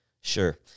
Sure